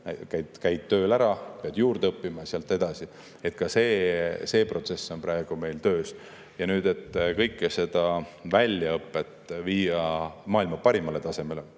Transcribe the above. käid tööl, pead juurde õppima ja sealt edasi. Ka see protsess on praegu meil töös. Nüüd, et kogu väljaõpet viia maailma parimale tasemele